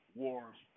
wars